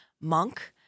Monk